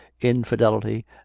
infidelity